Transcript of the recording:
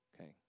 Okay